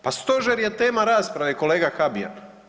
Pa Stožer je tema rasprave kolega Habijan.